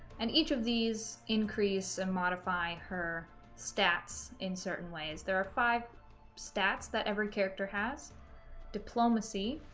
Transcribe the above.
and each of these increase and modify her stats in certain ways. there are five stats that every character has diplomacy,